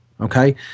Okay